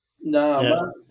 No